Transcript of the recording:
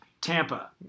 Tampa